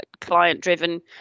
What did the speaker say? client-driven